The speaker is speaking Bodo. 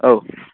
औ